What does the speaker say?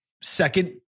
second